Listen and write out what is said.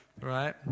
Right